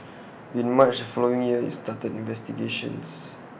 in March the following year IT started investigations